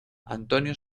antonio